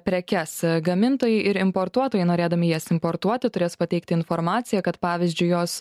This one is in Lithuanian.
prekes gamintojai ir importuotojai norėdami jas importuoti turės pateikti informaciją kad pavyzdžiui jos